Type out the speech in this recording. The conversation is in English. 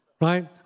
right